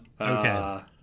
okay